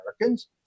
Americans